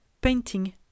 painting